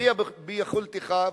וזה ביכולתך,